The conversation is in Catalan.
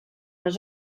les